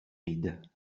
rides